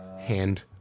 Hand